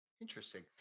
interesting